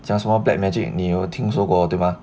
讲什么 black magic 你有听说过对吧